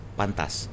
pantas